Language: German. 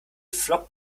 flockt